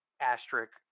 asterisk